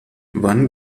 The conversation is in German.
wann